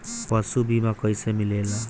पशु बीमा कैसे मिलेला?